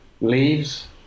leaves